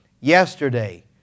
yesterday